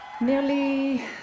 Nearly